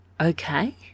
okay